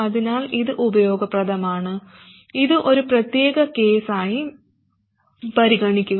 അതിനാൽ ഇത് ഉപയോഗപ്രദമാണ് ഇത് ഒരു പ്രത്യേക കേസായി പരിഗണിക്കുക